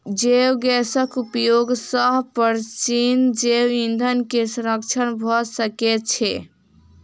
जैव गैसक उपयोग सॅ प्राचीन जैव ईंधन के संरक्षण भ सकै छै